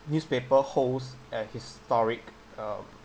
newspaper holds a historic um